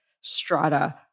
strata